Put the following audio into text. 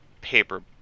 Paper